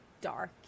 dark